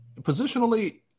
positionally